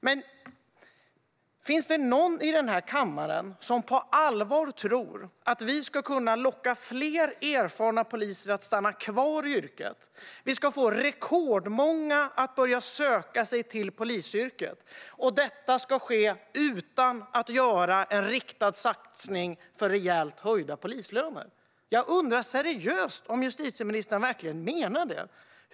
Men finns det någon i denna kammare som på allvar tror att vi ska kunna locka fler erfarna poliser att stanna kvar i yrket och att vi ska få rekordmånga att söka sig till polisyrket utan en riktad satsning på rejält höjda polislöner? Jag undrar på allvar om justitieministern verkligen menar det.